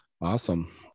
awesome